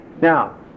Now